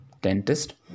dentist